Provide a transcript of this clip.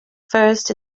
first